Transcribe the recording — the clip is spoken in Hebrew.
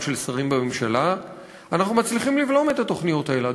של שרים בממשלה אנחנו מצליחים לבלום את התוכניות האלה.